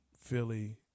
Philly